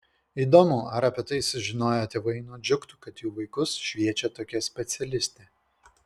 įdomu ar apie tai sužinoję tėvai nudžiugtų kad jų vaikus šviečia tokia specialistė